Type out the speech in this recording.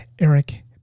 Eric